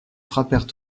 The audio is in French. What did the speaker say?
frappèrent